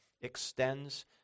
extends